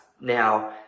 now